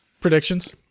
predictions